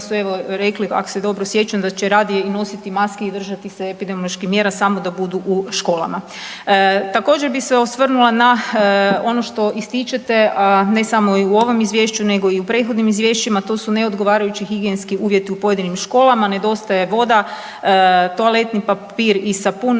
evo rekli ak se dobro sjećam da će radije i nositi maske i držati se epidemioloških mjera samo da budu u školama. Također bi se osvrnula na ono što ističete, a ne sa u ovom izvješću nego i u prethodnim izvješćima to su neodgovarajući higijenski uvjeti u pojedinim školama, nedostaje voda, toaletni papir i sapun